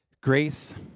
Grace